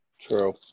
True